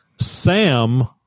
Sam